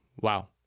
Wow